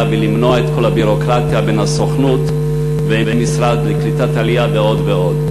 ולמנוע את כל הביורוקרטיה בין הסוכנות לבין המשרד לקליטת העלייה ועוד.